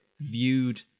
viewed